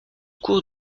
cours